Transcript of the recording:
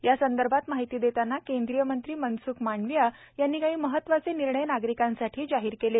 या संदर्भात माहिती देताना केंद्रीय मंत्री मनस्ख मांडवीया यांनी काही महत्वाचे निर्णय नागरिकांसाठी जाहीर केले